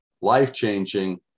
life-changing